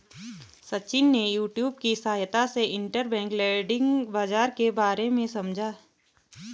सचिन ने यूट्यूब की सहायता से इंटरबैंक लैंडिंग बाजार के बारे में समझा